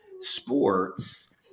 sports